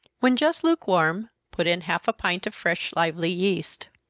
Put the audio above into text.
when just lukewarm, put in half a pint of fresh lively yeast.